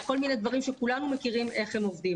כל מיני דברים שכולנו מכירים איך הם עובדים.